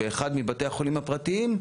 באחד מבתי החולים הפרטיים,